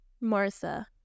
Martha